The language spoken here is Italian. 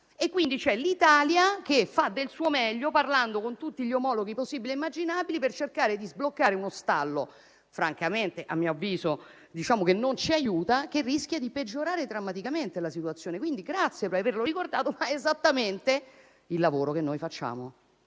quindi, fa del suo meglio parlando con tutti gli omologhi possibili e immaginabili per cercare di sbloccare uno stallo che - a mio avviso - non ci aiuta e che rischia di peggiorare drammaticamente la situazione. Grazie per averlo ricordato, quindi, ma è esattamente il lavoro che noi facciamo